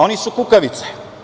Oni su kukavice.